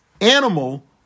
animal